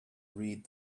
read